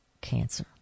cancer